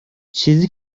چیزی